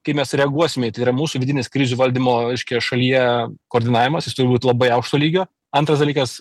kai mes reaguosime į tai yra mūsų vidinis krizių valdymo reiškia šalyje koordinavimas jis turi būt labai aukšto lygio antras dalykas